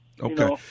Okay